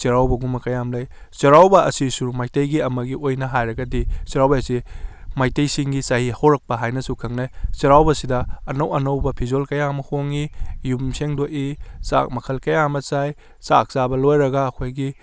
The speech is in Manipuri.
ꯆꯩꯔꯥꯎꯕꯒꯨꯝꯕ ꯀꯌꯥ ꯑꯃ ꯂꯩ ꯆꯩꯔꯥꯎꯕ ꯑꯁꯤꯁꯨ ꯃꯩꯇꯩꯒꯤ ꯑꯃꯒꯤ ꯑꯣꯏꯅ ꯍꯥꯏꯔꯒꯗꯤ ꯆꯩꯔꯥꯎꯕ ꯑꯁꯤ ꯃꯩꯇꯩꯁꯤꯡꯒꯤ ꯆꯍꯤ ꯍꯧꯔꯛꯄ ꯍꯥꯏꯅꯁꯨ ꯈꯪꯅꯩ ꯆꯩꯔꯥꯎꯕ ꯑꯁꯤꯗ ꯑꯅꯧ ꯑꯅꯧꯕ ꯐꯤꯖꯣꯜ ꯀꯌꯥ ꯑꯃ ꯍꯣꯡꯏ ꯌꯨꯝ ꯁꯤꯡꯗꯣꯛꯏ ꯆꯥꯛ ꯃꯈꯜ ꯀꯌꯥ ꯑꯃ ꯆꯥꯏ ꯆꯥꯛ ꯆꯥꯕ ꯂꯣꯏꯔꯒ ꯑꯩꯈꯣꯏꯒꯤ